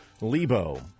Lebo